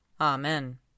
Amen